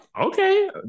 okay